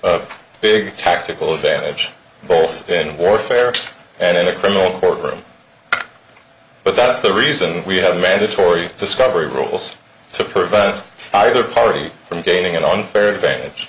votes big tactical advantage both in warfare and in a criminal courtroom but that is the reason we have mandatory discovery rules to prevent either party from gaining an unfair advantage